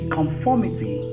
conformity